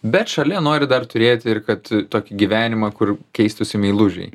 bet šalia nori dar turėti ir kad tokį gyvenimą kur keistųsi meilužiai